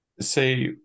Say